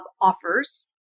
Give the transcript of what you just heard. offers